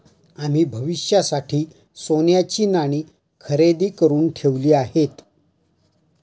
आम्ही भविष्यासाठी सोन्याची नाणी खरेदी करुन ठेवली आहेत